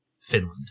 Finland